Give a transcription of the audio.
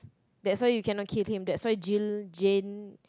that's why you cannot kill him that's why Jill Jane